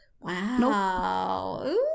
Wow